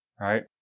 right